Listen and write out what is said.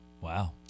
Wow